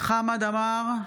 חמד עמאר,